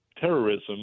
terrorism